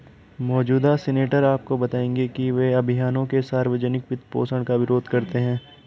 मौजूदा सीनेटर आपको बताएंगे कि वे अभियानों के सार्वजनिक वित्तपोषण का विरोध करते हैं